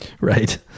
Right